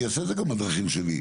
אני אעשה את זה גם בדרכים שלי,